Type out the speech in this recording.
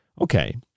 Okay